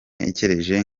ntekereje